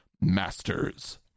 masters